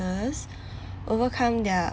overcome their